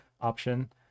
option